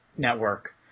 network